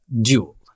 duel